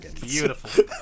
Beautiful